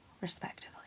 respectively